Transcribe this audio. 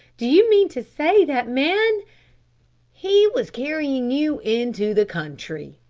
do you mean to say that man he was carrying you into the country,